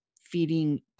feeding